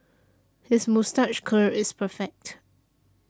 his moustache curl is perfect